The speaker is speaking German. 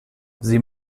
sie